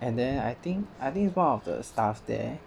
and then I think I think is one of the staff there